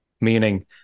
Meaning